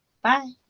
Bye